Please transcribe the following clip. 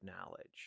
knowledge